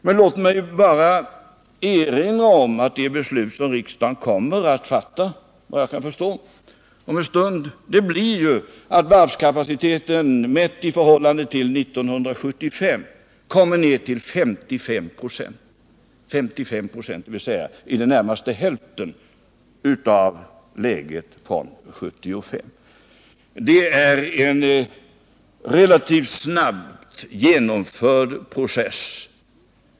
Men låt mig bara erinra om att de beslut som riksdagen såvitt jag förstår kommer att fatta senare i dag blir ju att varvskapaciteten, mätt i förhållande till 1975, kommer ned till 55 96, dvs. i det närmaste hälften av vad som gällde 1975. Det är en relativt snabbt genomförd process.